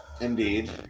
Indeed